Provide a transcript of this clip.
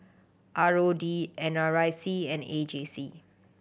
R O D N R I C and A J C